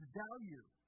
value